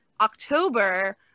October